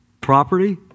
property